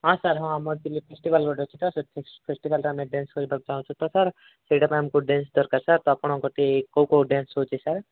ହଁ ସାର୍ ହଁ ଆମର ଫେଷ୍ଟିଭାଲ୍ ଗୋଟେ ଅଛି ତ ସେ ଫେଷ୍ଟିଭାଲ୍ଟା ଆମେ ଡ୍ୟାନ୍ସ କରିବାକୁ ଚାହୁଁଛୁ ତ ସାର୍ ସେଇଟାପାଇଁ ଆମକୁ ଡ୍ୟାନ୍ସ ଦରକାର ସାର୍ ତ ଆପଣଙ୍କ କତିରେ କୋଉ କୋଉ ଡ୍ୟାନ୍ସ ହେଉଛି ସାର୍